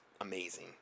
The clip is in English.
amazing